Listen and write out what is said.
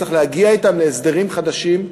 צריך להגיע אתם להסדרים חדשים,